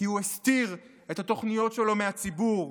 כי הוא הסתיר את התוכניות שלו מהציבור,